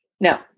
No